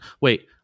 Wait